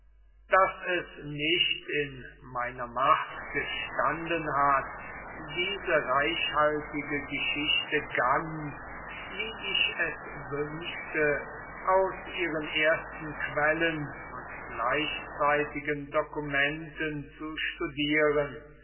daß es nicht in meiner macht gestanden hat diese reichhaltige geschichte ganz wie ich es wünschte aus ihren ersten quellen und gleichzeitigen documenten zu studieren